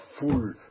full